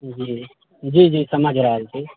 जी जी जी समझ रहल छी